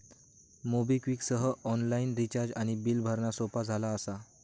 MobiKwik सह online recharge आणि bill भरणा सोपा झाला असा